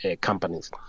companies